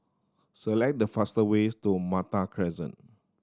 select the fast ways to Malta Crescent